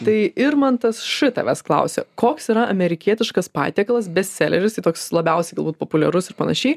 tai irmantas š tavęs klausė koks yra amerikietiškas patiekalas bestseleris toks labiausiai galbūt populiarus ir panašiai